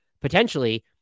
potentially